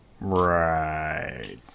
Right